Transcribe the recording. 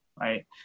Right